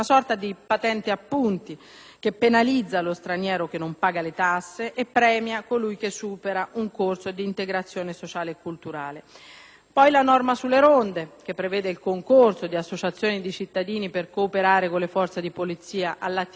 che penalizza lo straniero che non paga le tasse e che premia colui che supera un corso di integrazione sociale e culturale. Vi è poi la norma sulle ronde che prevede il concorso di associazioni di cittadini per cooperare con le forze di polizie all'attività di presidio del territorio,